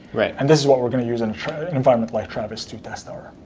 and this is what we're going to use in an environment like travis to test our